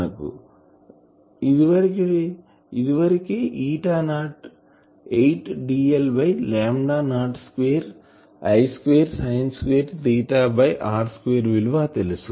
మనకు ఇదివరకే eta naught by 8 dl by lambda naught square I 2 sine square by r square విలువ తెలుసు